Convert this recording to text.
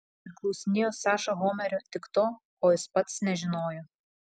ir klausinėjo saša homero tik to ko jis ir pats nežinojo